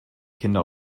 kinder